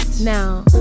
Now